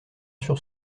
sur